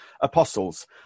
apostles